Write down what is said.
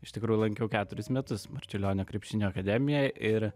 iš tikrųjų lankiau keturis metus marčiulionio krepšinio akademiją ir